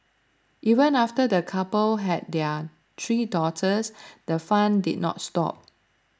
even after the couple had their three daughters the fun did not stop